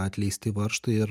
atleisti varžtai ir